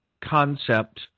concept